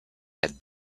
had